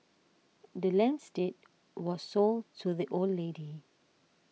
the land's deed was sold to the old lady